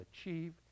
achieve